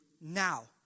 now